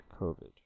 COVID